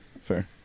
Fair